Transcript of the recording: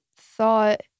thought